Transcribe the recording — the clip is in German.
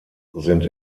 sind